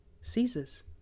Caesar's